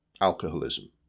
alcoholism